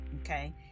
okay